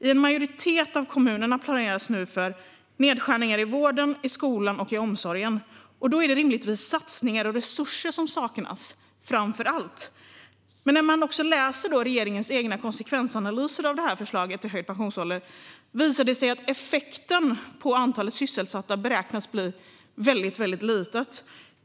I en majoritet av kommunerna planeras nu för nedskärningar i vården, skolan och omsorgen. Då är det rimligtvis satsningar och resurser som framför allt saknas. Men när man läser regeringens egna konsekvensanalyser av förslaget till höjd pensionsålder visar det sig att effekten på antalet sysselsatta beräknas bli väldigt liten.